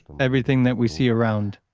everything that we see around,